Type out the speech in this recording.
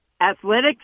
athletics